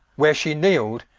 where she kneel'd,